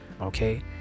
okay